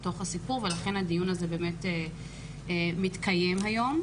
ולכן הדיון הזה מתקיים היום,